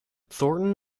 thornton